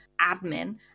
admin